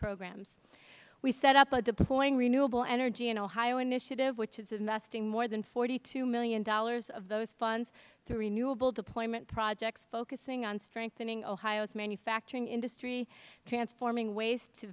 programs we set up a deploying renewable energy in ohio initiative which is investing more than forty two dollars million of those funds through renewable deployment projects focusing on strengthening ohio's manufacturing industry transforming waste